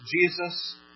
Jesus